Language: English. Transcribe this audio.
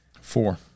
Four